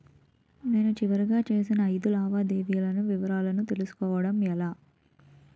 నేను చివరిగా చేసిన ఐదు లావాదేవీల వివరాలు తెలుసుకోవటం ఎలా?